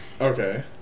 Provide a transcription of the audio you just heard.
Okay